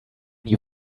you